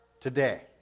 today